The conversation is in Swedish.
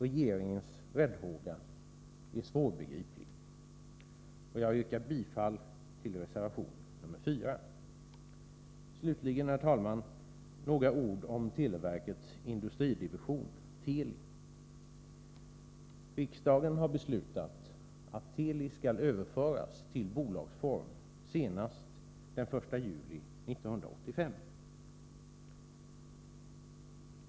Regeringens räddhåga är svårbegriplig. Jag yrkar bifall till reservation nr 4. Slutligen, herr talman, några ord om televerkets industridivision, Teli. Riksdagen har beslutat att Teli skall överföras till bolagsform senast den 1 juli 1985.